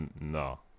No